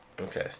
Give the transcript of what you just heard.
okay